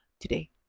today